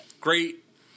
Great